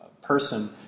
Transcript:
person